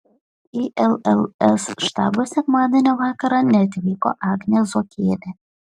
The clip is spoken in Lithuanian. į lls štabą sekmadienio vakarą neatvyko agnė zuokienė